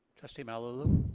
trustee malauulu.